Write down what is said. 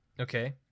Okay